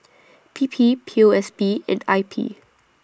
P P P O S B and I P